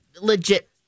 legit